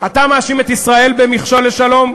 אתה מאשים את ישראל שהיא מכשול לשלום.